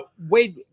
Wade